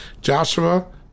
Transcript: Joshua